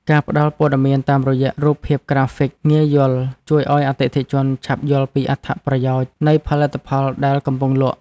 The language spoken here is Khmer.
ការផ្តល់ព័ត៌មានតាមរយៈរូបភាពក្រាហ្វិកងាយយល់ជួយឱ្យអតិថិជនឆាប់យល់ពីអត្ថប្រយោជន៍នៃផលិតផលដែលកំពុងលក់។